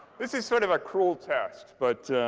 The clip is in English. this is sort of a cruel test. but,